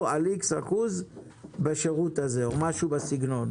על איקס אחוזים בשירות הזה או משהו בסגנון